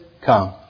come